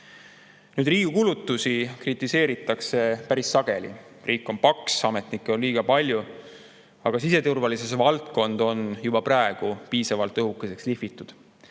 Riigi kulutusi kritiseeritakse päris sageli: riik on paks, ametnikke on liiga palju. Aga siseturvalisuse valdkond on juba praegu piisavalt õhukeseks lihvitud.